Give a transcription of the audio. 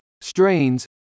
strains